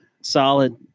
Solid